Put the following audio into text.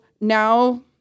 now